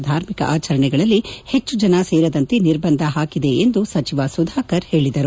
ಧಾರ್ಮಿಕ ಆಚರಣೆಗಳಲ್ಲಿ ಹೆಚ್ಚು ಜನ ಸೇರದಂತೆ ನಿರ್ಬಂಧ ಹಾಕಿದೆ ಎಂದು ಸಚಿವ ಸುಧಾಕರ್ ಹೇಳಿದರು